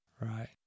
right